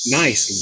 nice